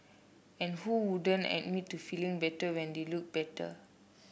and who wouldn't admit to feeling better when they look better